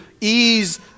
ease